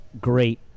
great